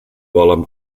volen